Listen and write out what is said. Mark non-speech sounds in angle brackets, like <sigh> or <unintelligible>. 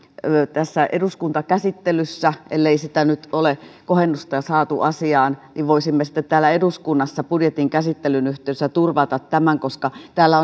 eduskuntakäsittelyssä ellei nyt ole kohennusta jo saatu asiaan voisimme sitten täällä eduskunnassa budjetin käsittelyn yhteydessä turvata tämän koska täällä <unintelligible>